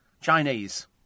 chinese